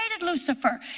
Lucifer